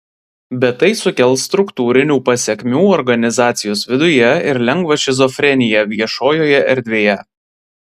bet tai sukels struktūrinių pasekmių organizacijos viduje ir lengvą šizofreniją viešojoje erdvėje